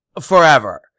forever